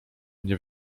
nie